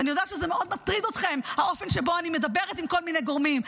ואני יודעת שזה מאוד מטריד אתכם האופן שבו אני מדברת עם כל מיני גורמים.